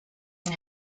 and